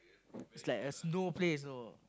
it;s like a snow place know